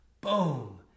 Boom